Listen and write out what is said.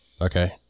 Okay